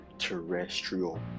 terrestrial